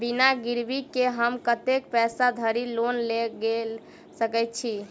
बिना गिरबी केँ हम कतेक पैसा धरि लोन गेल सकैत छी?